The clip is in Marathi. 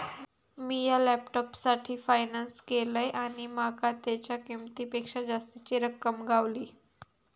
मिया लॅपटॉपसाठी फायनांस केलंय आणि माका तेच्या किंमतेपेक्षा जास्तीची रक्कम गावली